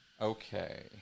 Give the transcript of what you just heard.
Okay